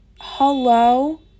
hello